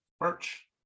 merch